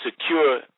secure